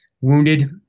wounded